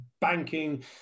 banking